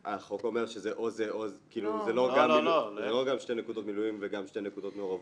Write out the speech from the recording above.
זה לא שתי נקודות מילואים וגם שתי נקודות מעורבות.